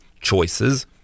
choices